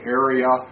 area